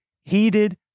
heated